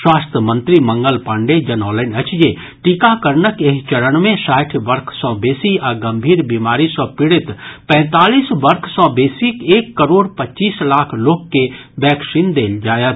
स्वास्थ्य मंत्री मंगल पाण्डेय जनौलनि अछि जे टीकाकरणक एहि चरण मे साठि वर्ष सॅ बेसी आ गंभीर बीमारी सॅ पीड़ित पैंतालीस वर्ष सॅ बेसीक एक करोड़ पच्चीस लाख लोक के वैक्सीन देल जायत